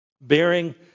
bearing